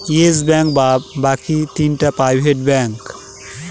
yes Bank এবং বাকি তিনটা প্রাইভেট ব্যাঙ্ক